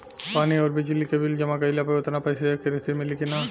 पानी आउरबिजली के बिल जमा कईला पर उतना पईसा के रसिद मिली की न?